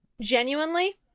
genuinely